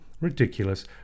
ridiculous